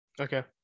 Okay